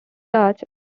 dutch